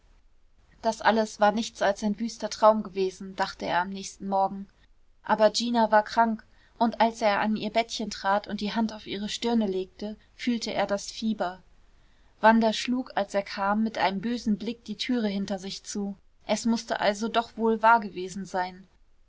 das alles war nichts als ein wüster traum gewesen dachte er am nächsten morgen aber gina war krank und als er an ihr bettchen trat und die hand auf ihre stirne legte fühlte er das fieber wanda schlug als er kam mit einem bösen blick die türe hinter sich zu es mußte also doch wohl wahr gewesen sein